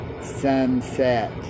sunset